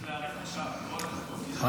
צריך להיערך עכשיו, לא לחכות, כי זה מה שיקרה.